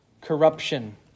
Corruption